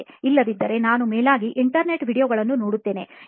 ಇಲ್ಲದಿದ್ದರೆ ನಾನು ಮೇಲಾಗಿ internet video ಗಳನ್ನೂ ನೋಡುತ್ತೇವೆ